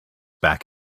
back